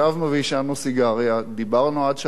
דיברנו עד שעה 03:00,